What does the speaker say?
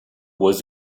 was